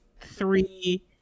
three